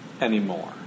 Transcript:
anymore